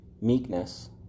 meekness